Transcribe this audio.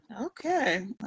okay